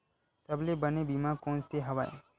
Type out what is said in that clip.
सबले बने बीमा कोन से हवय?